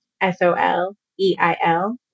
S-O-L-E-I-L